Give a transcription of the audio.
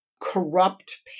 corrupt